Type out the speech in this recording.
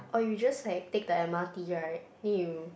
or you just like take the M_R_T right then you